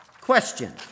Question